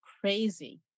crazy